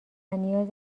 نیاز